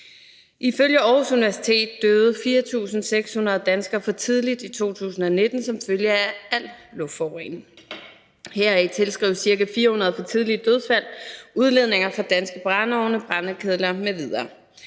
Ifølge Aarhus Universitet døde 4.600 danskere for tidligt i 2019 som følge af al luftforurening. Heraf tilskrives ca. 400 for tidlige dødsfald udledninger fra danske brændeovne, brændekedler m.v.